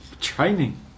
Training